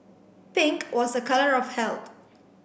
pink was a colour of health